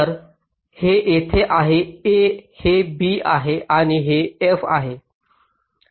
तर हे येथे आहे a हे b आहे आणि हे f आहे